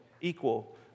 equal